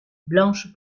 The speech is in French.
blanche